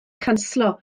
chanslo